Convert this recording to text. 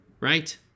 Right